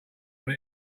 what